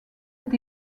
est